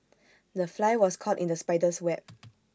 the fly was caught in the spider's web